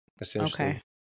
essentially